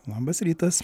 labas rytas